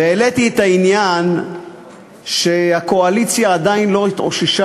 והעליתי את העניין שהקואליציה עדיין לא התאוששה